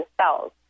cells